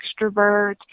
extrovert